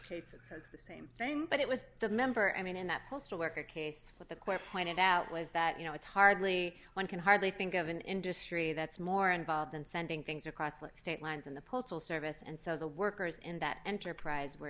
case that says the same thing but it was the member i mean in that postal worker case but the quote pointed out was that you know it's hardly one can hardly think of an industry that's more involved in sending things across the state lines in the postal service and so the workers in that enterprise were